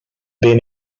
bin